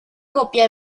copia